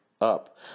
up